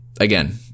again